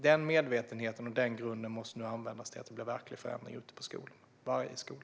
Den medvetenheten och den grunden måste nu användas till verklig förändring ute på varje skola.